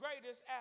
greatest